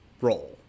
role